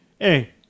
Hey